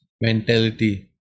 Mentality